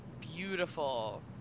beautiful